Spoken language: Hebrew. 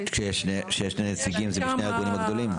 כשיש שני נציגים זה משני הארגונים הגדולים?